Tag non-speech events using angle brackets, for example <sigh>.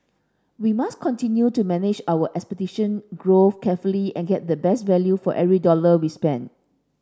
we must continue to manage our <unintelligible> growth carefully and get the best value for every dollar we spend